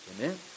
Amen